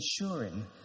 ensuring